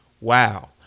Wow